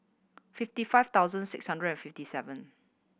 fifty five thousand six hundred and fifty seven